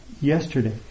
Yesterday